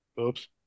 Oops